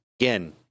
again